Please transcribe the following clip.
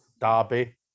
derby